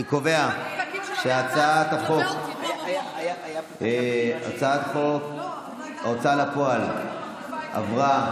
אני קובע שהצעת חוק ההוצאה לפועל עברה